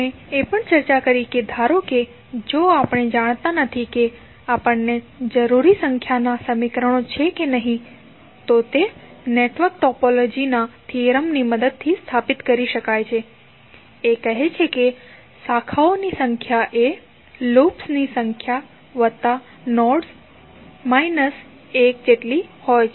આપણે એ પણ ચર્ચા કરી કે ધારો કે જો આપણે જાણતા નથી કે આપણને જરૂરી સંખ્યાના સમીકરણો છે કે નહીં તો તે નેટવર્ક ટોપોલોજી ના થિયરમ ની મદદથી સ્થાપિત કરી શકાય છે જે કહે છે કે શાખાઓની સંખ્યા એ લૂપ્સની સંખ્યા નોડ્સ 1 જેટલી હોય છે